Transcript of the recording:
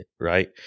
right